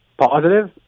positive